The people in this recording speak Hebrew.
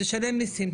תשלם מיסים,